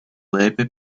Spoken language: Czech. lépe